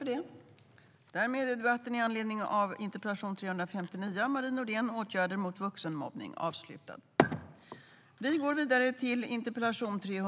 Härmed var överläggningen avslutad.